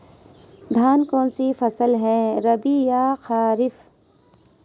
धान कौन सी फसल है रबी या खरीफ?